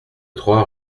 trois